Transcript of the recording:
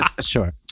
sure